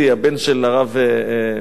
הבן של הרב וילשאנסקי,